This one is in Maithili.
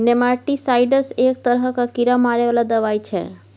नेमाटीसाइडस एक तरहक कीड़ा मारै बला दबाई छै